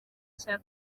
cya